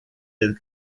his